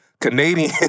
Canadian